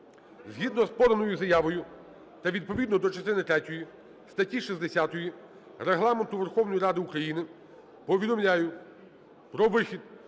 Згідно з поданою заявою та відповідно до частини третьої статті 60 Регламенту Верховної Ради України повідомляю про вихід